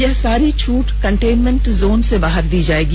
यह सारी छूट कंटेनमेंट जोन से बाहर ही दी जायेगी